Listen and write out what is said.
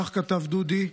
כך כתב דודי.